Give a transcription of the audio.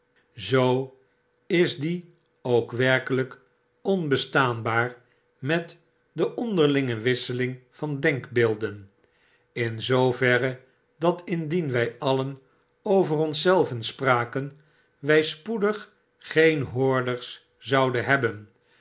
zoo is die ook werkelp onbestaanbaar met deonderlinge wisseling van denkbeelden in zooverre dat indien wy alien over ons zelven spraken wg spoedig geen hoorders zouden hebben